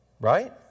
Right